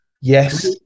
Yes